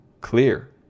clear